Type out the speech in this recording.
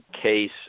case